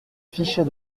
fichais